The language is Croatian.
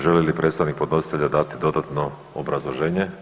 Želi li predstavnik podnositelja dati dodatno obrazloženje?